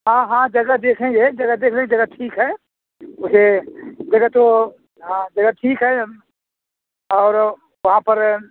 हाँ हाँ जगह देखेंगे जगह देख लेई जगह ठीक है उसे जगह तो हाँ जगह ठीक है हम और वहाँ पर